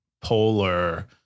polar